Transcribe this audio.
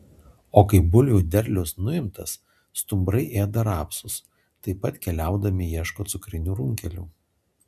o kai bulvių derlius nuimtas stumbrai ėda rapsus taip pat keliaudami ieško cukrinių runkelių